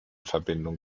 verbindung